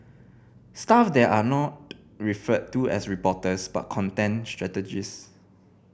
staff there are not referred to as reporters but content strategist